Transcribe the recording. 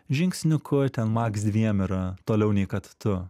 žingsniuku ten max dviem yra toliau nei kad tu